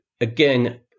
again